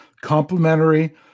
Complementary